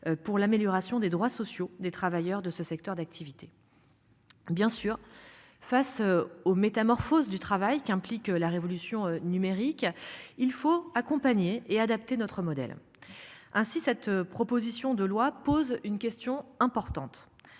pour l'amélioration des droits sociaux des travailleurs de ce secteur d'activité. Bien sûr. Face aux métamorphoses du travail qu'implique la révolution numérique. Il faut accompagner et adapter notre modèle. Ainsi cette proposition de loi pose une question importante.